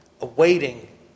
awaiting